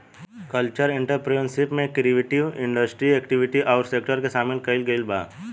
cultural entrepreneurship में creative industry activity अउरी sector के सामिल कईल गईल बा